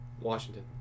Washington